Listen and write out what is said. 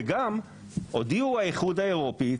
וגם הודיעו האיחוד האירופי,